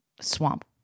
swamp